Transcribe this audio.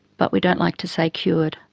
but we don't like to say cured.